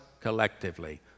collectively